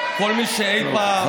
כל מי שאי פעם, לא שומעים אותך.